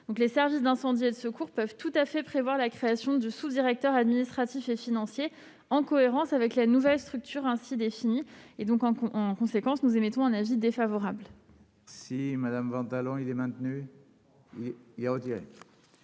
Les services d'incendie et de secours peuvent tout à fait prévoir la création d'un sous-directeur administratif et financier, en cohérence avec la nouvelle structure ainsi définie. Nous sommes donc défavorables